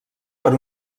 per